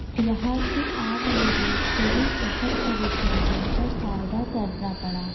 یہاں کے عام لوگوں کو بھی بہت پریشانیوں کا سامنا کرنا پڑا